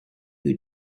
who